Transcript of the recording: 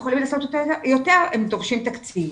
אבל הם דורשים תקציב.